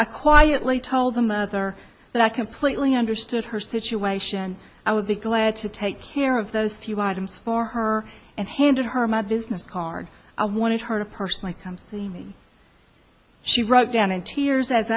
i quietly told the mother that i completely understood her situation i would be glad to take care of those few items for her and handed her mother's nurse card i wanted her to personally come see me she wrote down in tears as